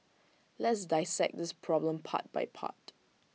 let's dissect this problem part by part